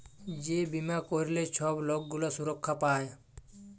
যে বীমা ক্যইরলে ছব লক গুলা সুরক্ষা পায়